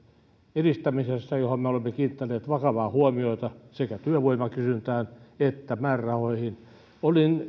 edistämisestä johon me olemme kiinnittäneet vakavaa huomiota sekä työvoiman kysyntään että määrärahoihin olin